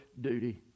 duty